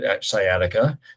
sciatica